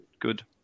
good